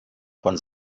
von